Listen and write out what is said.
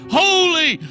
holy